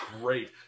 great